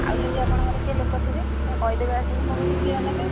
ଆଉ ଯଦି ଆପଣଙ୍କର କିଏ ଲୋକ ଥିବେ ତା'ହେଲେ କହିଦେବେ ଆସିକି ମୋ ପାଖରୁ କ୍ଷୀର ନେବେ